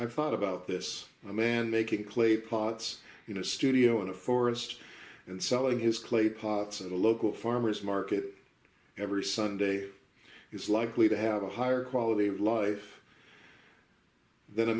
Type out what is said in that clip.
i've thought about this a man making clay pots you know a studio in a forest and selling his clay pots at a local farmer's market every sunday he's likely to have a higher quality of life than a